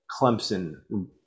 Clemson